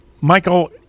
michael